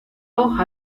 hoja